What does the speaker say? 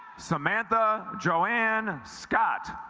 samantha jo ann scott